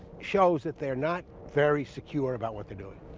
shows that they're not very secure about what they're doing.